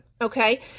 Okay